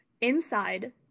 inside